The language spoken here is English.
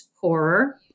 horror